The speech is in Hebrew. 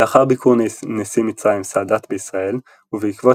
לאחר ביקור נשיא מצרים סאדאת בישראל ובעקבות